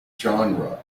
genre